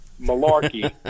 Malarkey